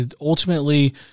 Ultimately